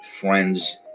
Friends